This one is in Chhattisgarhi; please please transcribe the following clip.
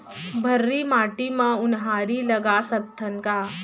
भर्री माटी म उनहारी लगा सकथन का?